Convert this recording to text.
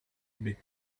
bit